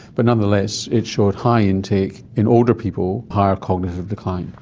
but nonetheless it showed high intake in older people, higher cognitive decline.